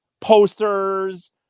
posters